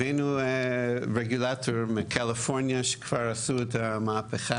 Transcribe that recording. הבאנו רגולטור מקליפורניה, שכבר עשו את המהפכה,